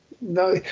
No